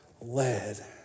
led